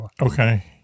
Okay